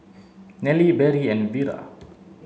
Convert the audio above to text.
Nellie Berry and Vira